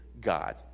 God